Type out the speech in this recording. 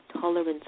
tolerance